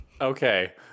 Okay